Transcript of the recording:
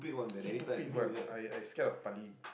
stupid one I I scared of